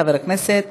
חבר הכנסת